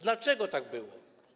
Dlaczego tak było?